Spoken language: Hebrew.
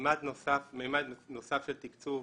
מימד נוסף של תקצוב,